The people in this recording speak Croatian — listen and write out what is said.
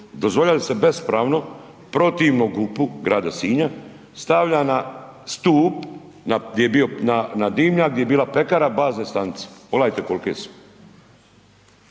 Dozvoljavate da se bespravno, protivno GUP-u Grada Sinja stavljana na stup, na, gdje je bio, na dimnjak, gdje je bila pekara, bazne stanice, pogledajte kol'ke su.